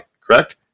correct